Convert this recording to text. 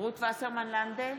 רות וסרמן לנדה,